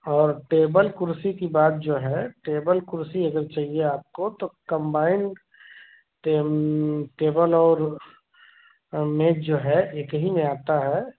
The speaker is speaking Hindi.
और टेबल कुर्सी की बात जो है टेबल कुर्सी अगर चाहिए आपको तो कंबाइन टे टेबल और मेज़ जो है एक ही में आता है